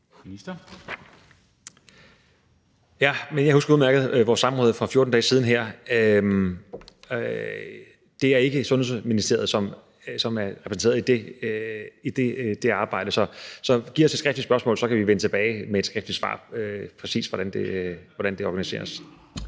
Jeg husker udmærket vores samråd for 14 dage siden. Det er ikke Sundhedsministeriet, som er repræsenteret i det arbejde, så giv os et skriftligt spørgsmål, og så kan vi vende tilbage med et skriftligt svar på, præcis hvordan det organiseres.